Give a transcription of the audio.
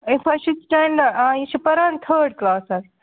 آ یہِ چھِ پَران تھٲڈ کٕلاسَس